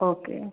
okay